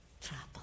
trouble